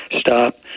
stop